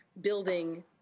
building